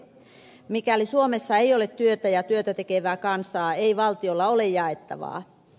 mikäli suomessa ei ole työtä ja työtä tekevää kansaa ei valtiolla ole jaettavaa